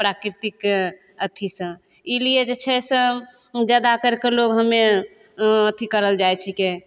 प्राकृतिक अथीसँ एहि लिए जे छै से सब जादा करि कऽ लोग हमे अथी करल जाइत छिकै